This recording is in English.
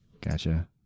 gotcha